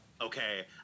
okay